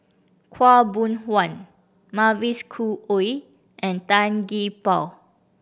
Khaw Boon Wan Mavis Khoo Oei and Tan Gee Paw